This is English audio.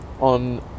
on